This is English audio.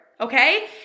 Okay